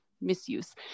misuse